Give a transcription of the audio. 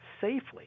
safely